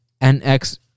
NX